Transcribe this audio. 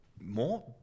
More